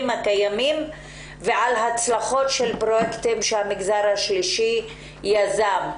הקיימים ועל הצלחות של פרויקטים שהמגזר השלישי יזם,